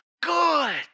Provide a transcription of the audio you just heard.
good